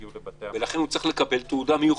לכן הוא צריך לקבל תעודה מיוחדת.